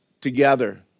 together